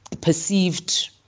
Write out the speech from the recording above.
perceived